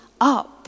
up